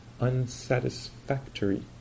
unsatisfactory